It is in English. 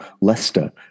Leicester